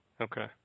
Okay